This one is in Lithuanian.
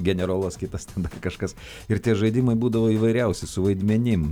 generolas kitas tada kažkas ir tie žaidimai būdavo įvairiausi su vaidmenim